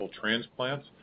transplants